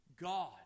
God